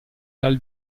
dal